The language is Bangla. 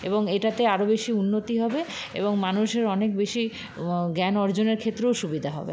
এবং এটাতে আরো বেশী উন্নতি হবে এবং মানুষের অনেক বেশী জ্ঞান অর্জনের ক্ষেত্রেও সুবিধা হবে